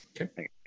Okay